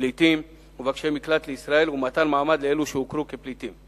פליטים ומבקשי מקלט לישראל ומתן המעמד לאלו שהוכרו כפליטים.